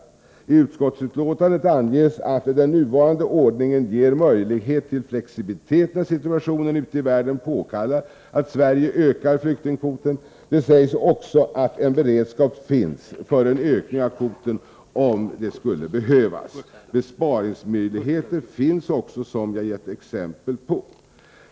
I utskottsbetänkandet anges att den nuvarande ordningen ger möjlighet till flexibilitet, när situationen ute i världen påkallar att Sverige ökar flyktingkvoten. Det sägs också att en beredskap finns för en ökning av kvoten, om det skulle behövas. Besparingsmöjligheter finns också, som jag gett exempel på.